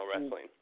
wrestling